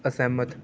ਅਸਹਿਮਤ